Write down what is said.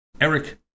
eric